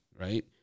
right